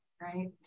right